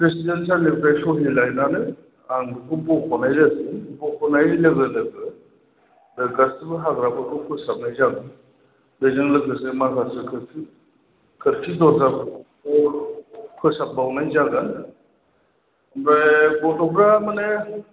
president सारनिफ्राइ सहि लायनानै आं बेखौ बख'नाय जागोन बख'नाय लोगो लोगो दा गासिबो हाग्राफोरखौ फोसाबनाय जागोन बेजों लोगोसे माखासे खोरखि खोरखि दरजाफोरखौ फोसाब बावनाय जागोन ओमफ्राय गथ'फ्रा माने